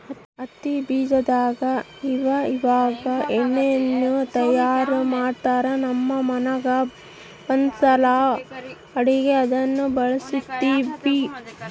ಹತ್ತಿ ಬೀಜದಾಗ ಇವಇವಾಗ ಎಣ್ಣೆಯನ್ನು ತಯಾರ ಮಾಡ್ತರಾ, ನಮ್ಮ ಮನೆಗ ಒಂದ್ಸಲ ಅಡುಗೆಗೆ ಅದನ್ನ ಬಳಸಿದ್ವಿ